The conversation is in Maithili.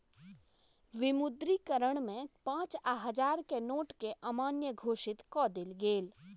विमुद्रीकरण में पाँच आ हजार के नोट के अमान्य घोषित कअ देल गेल